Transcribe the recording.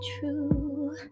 true